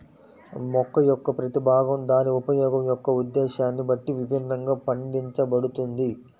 మొక్క యొక్క ప్రతి భాగం దాని ఉపయోగం యొక్క ఉద్దేశ్యాన్ని బట్టి విభిన్నంగా పండించబడుతుంది